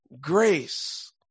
grace